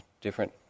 different